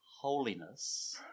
holiness